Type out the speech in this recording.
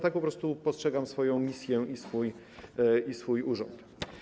Tak po prostu postrzegam swoją misję i swój urząd.